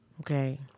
Okay